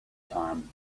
time